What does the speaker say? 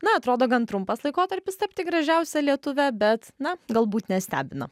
na atrodo gan trumpas laikotarpis tapti gražiausia lietuve bet na galbūt nestebina